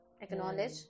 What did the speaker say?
Acknowledge